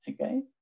okay